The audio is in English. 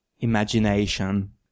imagination